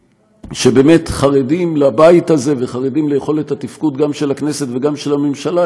שבאמת חרדים לבית הזה וחרדים ליכולת התפקוד גם של הכנסת וגם של הממשלה,